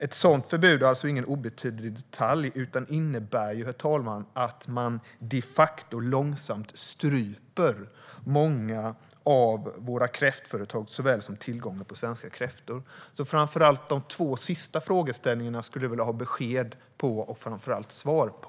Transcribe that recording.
Ett sådant förbud är ingen obetydlig detalj utan innebär att man de facto långsamt stryper många av våra kräftföretag såväl som tillgången på svenska kräftor. Framför allt de två sista frågeställningarna skulle jag vilja ha besked om och svar på.